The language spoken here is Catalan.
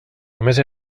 només